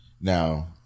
now